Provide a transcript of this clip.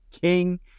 King